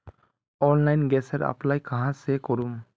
Online गैसेर apply कहाँ से करूम?